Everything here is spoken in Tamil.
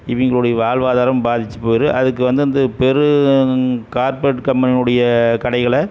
இவங்களோடைய வாழ்வாதாரம் பாதிச்சி போகுது அதுக்கு வந்து அந்த பெரும் கார்ப்ரேட் கம்பெனியினுடைய கடைகளை